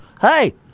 hey